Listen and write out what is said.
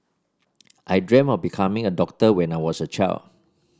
I dreamt of becoming a doctor when I was a child